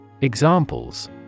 Examples